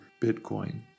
Bitcoin